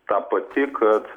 ta pati kad